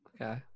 Okay